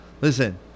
Listen